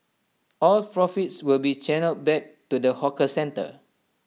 all profits will be channelled back to the hawker centre